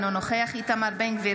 אינו נוכח איתמר בן גביר,